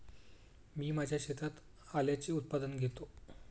मी माझ्या शेतात आल्याचे उत्पादन घेतो